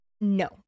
No